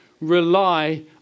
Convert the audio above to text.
rely